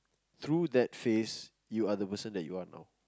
through that phase you are the person that you want or not